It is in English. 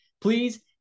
Please